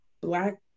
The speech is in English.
Black